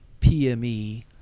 PME